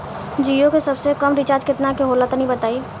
जीओ के सबसे कम रिचार्ज केतना के होला तनि बताई?